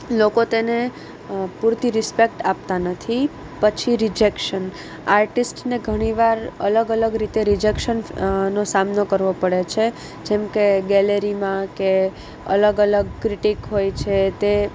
લોકો તેને પૂરતી રિસ્પેક્ટ આપતાં નથી પછી રિજેક્શન આર્ટિસ્ટને ઘણીવાર અલગ અલગ રીતે રિજેક્શન્સ નો સામનો કરવો પડે છે જેમકે ગેલેરીમાં કે અલગ અલગ ક્રિટિક હોય છે તે